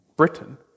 Britain